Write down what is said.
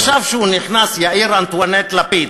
עכשיו, כשהוא נכנס, יאיר אנטואנט לפיד,